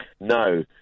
No